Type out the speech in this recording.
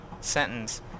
sentence